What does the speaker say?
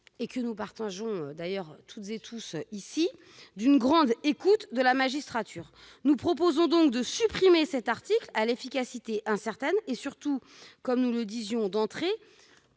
que nous partageons toutes et tous, d'une grande écoute de la magistrature. Nous proposons par conséquent de supprimer cet article à l'efficacité incertaine et, surtout, comme je le disais d'entrée,